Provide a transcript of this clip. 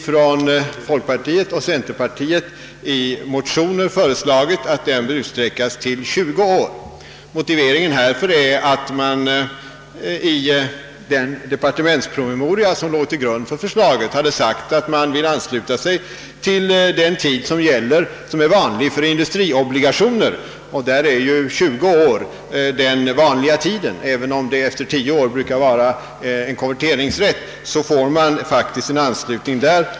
Från folkpartiet och centerpartiet har dock i motioner föreslagits att tiden utsträckes till 20 år. Motiveringen härför är att det i den departementspromemoria som låg till grund för förslaget hade sagts att man ville ansluta till den tid som vanligen gäller för industriobligationer. För sådana är emellertid 20 år den vanliga tiden, även om det brukar finnas konverteringsrätt efter tio år.